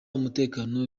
umutekano